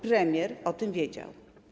Premier o tym wiedział.